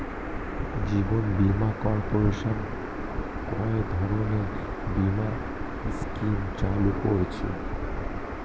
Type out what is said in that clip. জীবন বীমা কর্পোরেশন কয় ধরনের বীমা স্কিম চালু করেছে?